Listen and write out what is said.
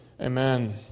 Amen